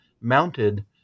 mounted